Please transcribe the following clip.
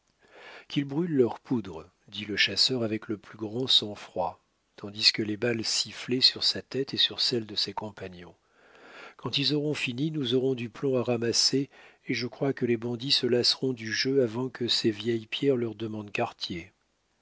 qu'ils brûlent leur poudre dit le chasseur avec le plus grand sang-froid tandis que les balles sifflaient sur sa tête et sur celle de ses compagnons quand ils auront fini nous aurons du plomb à ramasser et je crois que les bandits se lasseront du jeu avant que ces vieilles pierres leur demandent quartier